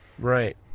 Right